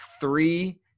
three